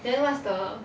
ya